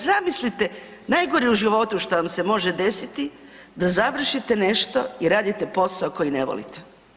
Zamislite, najgore u životu što vam se može desiti da završite nešto i radite posao koji ne volite.